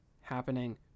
happening